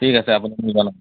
ঠিক আছে আপুনি জনাব